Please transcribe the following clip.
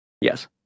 Yes